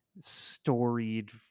storied